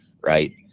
right